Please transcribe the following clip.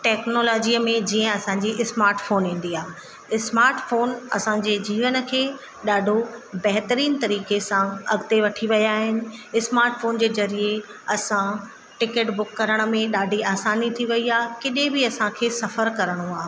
टैक्नोलॉजीअ में जीअं असांजी स्माटफोन ईंदी आहे स्माटफोन असांजे जीवन खे ॾाढो बेहतरीन तरीक़े सां अॻिते वठी विया आहिनि स्माटफोन जे ज़रिए असां टिकट बुक करण में ॾाढी आसानी थी वई आहे केॾे बि असांखे सफ़रु करिणो आहे